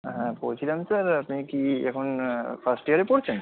হ্যাঁ বলছিলাম স্যার আপনি কি এখন ফার্স্ট ইয়ারে পড়ছেন